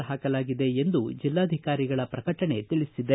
ಜರುಗಿಸಲಾಗಿದೆ ಎಂದು ಜಿಲ್ಲಾಧಿಕಾರಿಗಳ ಪ್ರಕಟಣೆ ತಿಳಿಸಿದೆ